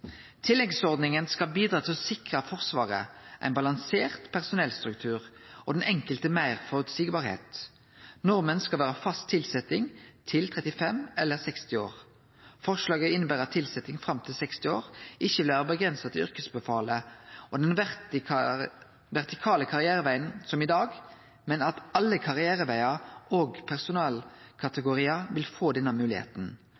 Tilleggsordninga skal bidra til å sikre Forsvaret ein balansert personellstruktur og den enkelte meir føreseielegheit. Norma skal vere fast tilsetjing til 35 eller 60 år. Forslaget inneber at tilsetjing fram til 60 år ikkje vil vere avgrensa til yrkesbefalet og den vertikale karrierevegen som i dag, men at alle karrierevegar og